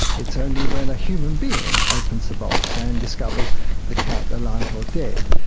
it's only when a human being opens the box and discovers the cat alive or dead.